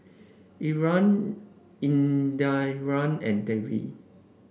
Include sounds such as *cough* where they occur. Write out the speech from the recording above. *unintelligible* Indira and Dev